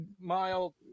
mile